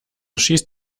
schießt